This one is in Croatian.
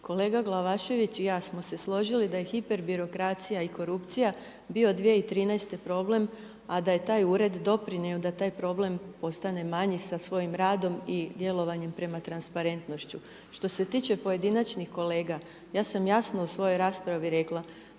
Kolega Glavašević i ja smo se složili da je hiperbirokracija i korupcija bio 2013. problem, a da je taj ured doprinio da taj problem postane manji sa svojim radom i djelovanjem prema transparentnošću. Što se tiče pojedinačnih kolega ja sam jasno u svojoj raspravi rekla